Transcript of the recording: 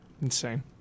Insane